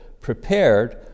prepared